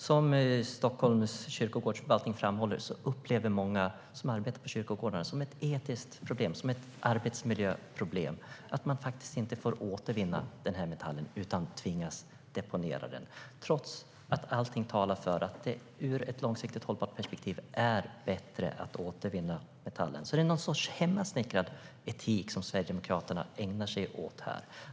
Som Stockholms kyrkogårdsförvaltning framhåller upplever många som arbetar på kyrkogårdarna det som ett etiskt problem och ett arbetsmiljöproblem att man inte får återvinna metallen utan tvingas deponera den trots att allting talar för att det ur ett långsiktigt hållbart perspektiv är bättre att återvinna metallen. Det är någon sorts hemmasnickrad etik som Sverigedemokraterna ägnar sig åt här.